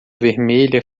vermelha